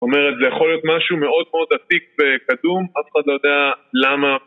זאת אומרת זה יכול להיות משהו מאוד מאוד עתיק וקדום, אף אחד לא יודע למה...